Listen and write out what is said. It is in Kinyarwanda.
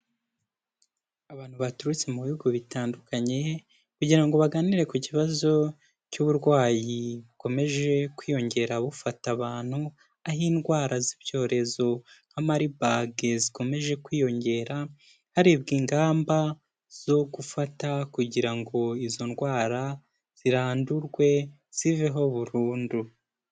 Abantu baturutse mu bihugu bitandukanye kugira ngo baganire ku kibazo cy'uburwayi bukomeje kwiyongera bufata abantu, aho indwara z'ibyorezo nka Marburg zikomeje kwiyongera, harebwa ingamba zo gufata kugira ngo izo ndwara zirandurwe, ziveho burundu.